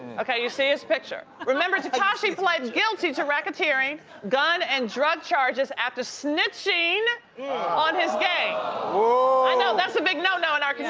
okay, you see his picture. remember, tekashi plead guilty to racketeering, gun and drug charges after snitching on his gang. whoa! i know, that's a big no-no in our